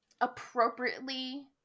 appropriately